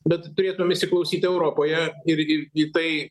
bet turėtum įsiklausyti europoje ir į į tai